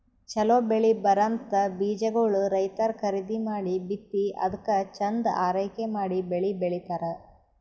ಛಲೋ ಬೆಳಿ ಬರಂಥ ಬೀಜಾಗೋಳ್ ರೈತರ್ ಖರೀದಿ ಮಾಡಿ ಬಿತ್ತಿ ಅದ್ಕ ಚಂದ್ ಆರೈಕೆ ಮಾಡಿ ಬೆಳಿ ಬೆಳಿತಾರ್